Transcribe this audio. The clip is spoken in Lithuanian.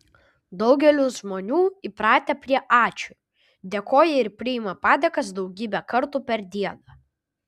daugelis žmonių įpratę prie ačiū dėkoja ir priima padėkas daugybę kartų per dieną